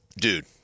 dude